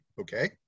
okay